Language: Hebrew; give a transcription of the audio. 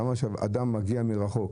למה שאדם שמגיע מרחוק